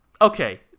okay